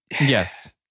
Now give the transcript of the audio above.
Yes